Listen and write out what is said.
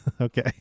okay